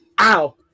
Ow